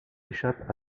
échappent